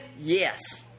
Yes